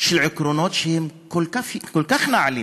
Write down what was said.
של עקרונות שהם כל כך נעלים,